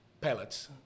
pellets